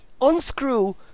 unscrew